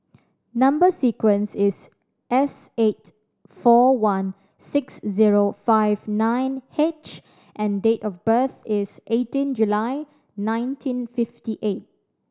number sequence is S eight four one six zero five nine H and date of birth is eighteen July nineteen fifty eight